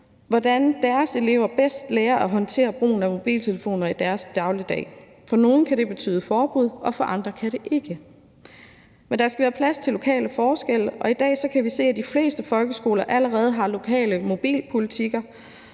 hvordan deres elever bedst lærer at håndtere brugen af mobiltelefoner i deres dagligdag. For nogle kan det betyde forbud, og for andre kan det ikke. Men der skal være plads til lokale forskelle, og i dag kan vi se, at de fleste folkeskoler allerede har lokale mobilpolitikker,